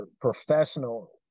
professional